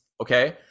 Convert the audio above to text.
okay